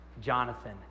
Jonathan